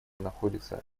находится